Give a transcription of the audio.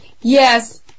Yes